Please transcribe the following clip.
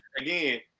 Again